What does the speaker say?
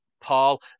Paul